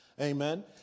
Amen